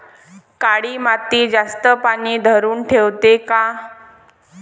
काळी माती जास्त पानी धरुन ठेवते का?